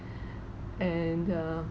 and uh